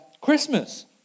Christmas